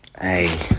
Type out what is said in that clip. Hey